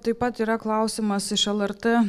taip pat yra klausimas iš lrt